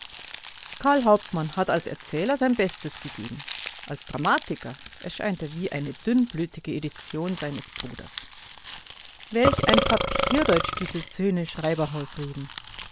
hauptmann hat als erzähler sein bestes gegeben als dramatiker erscheint er wie eine dünnblütige edition seines bruders welch ein papierdeutsch diese söhne schreiberhaus reden